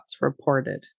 reported